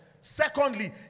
Secondly